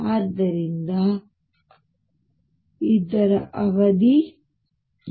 ಆದ್ದರಿಂದ ಇದು ಅವಧಿ a